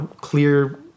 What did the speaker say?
clear